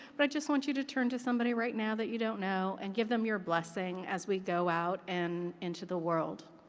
but i just want you to turn to somebody right now that you don't know and give them your blessing as we go out and into the world.